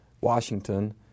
Washington